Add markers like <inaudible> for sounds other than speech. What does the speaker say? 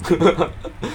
<laughs>